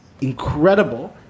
incredible